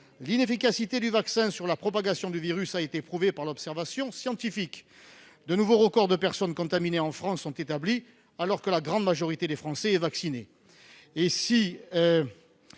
l'inefficacité du vaccin sur la propagation du virus a été prouvée par l'observation scientifique. De nouveaux records de contaminations ont été atteints dans notre pays, alors même que la grande majorité des Français est vaccinée.